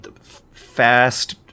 fast